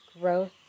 growth